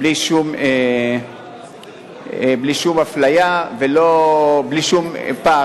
בלי שום אפליה ובלי שום פער,